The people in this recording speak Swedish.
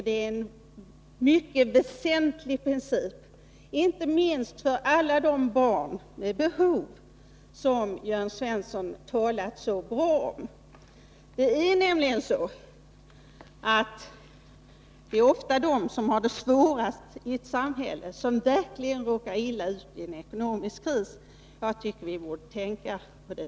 Det är en mycket väsentlig princip — inte minst för alla de barn med behov som Jörn Svensson talat så bra om. Det är nämligen så att det ofta är de som har det svårast i ett samhälle som verkligen råkar illa ut i en ekonomisk kris. Jag tycker vi borde tänka på det.